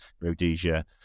Rhodesia